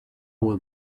will